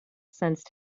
sensed